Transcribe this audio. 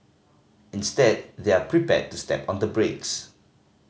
instead they're prepared to step on the brakes